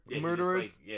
murderers